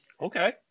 Okay